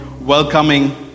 welcoming